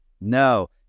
No